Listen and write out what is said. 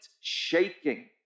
shaking